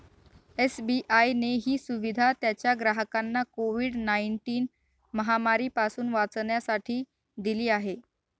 SBI ने ही सुविधा त्याच्या ग्राहकांना कोविड नाईनटिन महामारी पासून वाचण्यासाठी दिली आहे